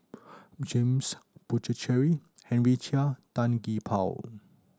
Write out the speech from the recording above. James Puthucheary Henry Chia Tan Gee Paw